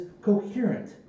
coherent